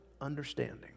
understanding